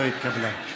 לא התקבלה.